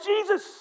Jesus